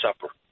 Supper